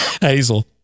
Hazel